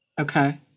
okay